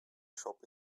shop